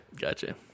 Gotcha